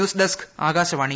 news desk ആക്ടാശുവാണി